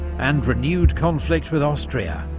and renewed conflict with austria,